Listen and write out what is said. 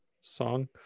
song